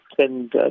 send